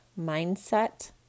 mindset